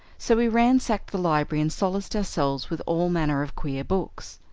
so we ransacked the library and solaced ourselves with all manner of queer books.